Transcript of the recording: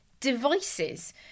devices